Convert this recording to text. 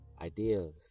ideas